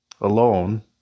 alone